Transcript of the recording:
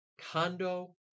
condo